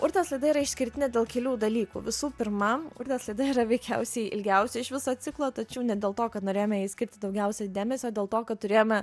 urtės laida yra išskirtinė dėl kelių dalykų visų pirma urtės laida yra veikiausiai ilgiausia iš viso ciklo tačiau ne dėl to kad norėjome jai skirti daugiausiai dėmesio o dėl to kad turėjome